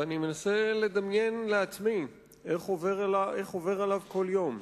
ואני מנסה לדמיין לעצמי איך עובר עליו כל יום,